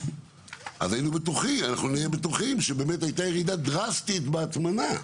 אז אנחנו היינו בטוחים שבאמת הייתה ירידה דרסטית בהטמנה.